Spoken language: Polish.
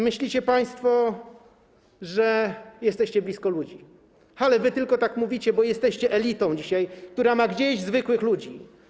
Myślicie państwo, że jesteście blisko ludzi, ale wy tylko tak mówicie, bo jesteście dzisiaj elitą, która ma gdzieś zwykłych ludzi.